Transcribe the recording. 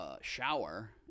shower